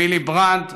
וילי ברנדט,